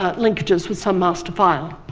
ah linkages with some master file.